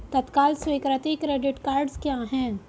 तत्काल स्वीकृति credit cards क्या हैं?